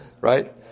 right